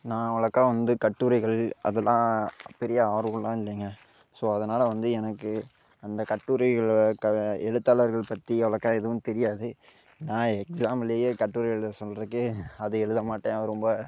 நான் அவ்ளவுக்கா வந்து கட்டுரைகள் அதல்லாம் பெரிய ஆர்வம்லாம் இல்லைங்க ஸோ அதனால் வந்து எனக்கு அந்த கட்டுரைகள் எழுத்தாளர்கள் பற்றி அவ்ளவுக்கா எதுவும் தெரியாது நான் எக்ஸாமுலேயே கட்டுரை எழுத சொல்றதுக்கே அதை எழுத மாட்டேன் ரொம்ப